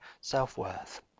self-worth